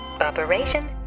Operation